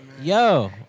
Yo